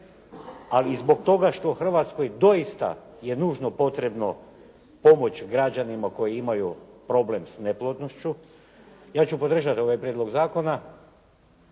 ali i zbog toga što Hrvatskoj doista je nužno potrebno pomoć građanima koji imaju problem s neplodnošću ja ću podržati ovaj prijedlog zakona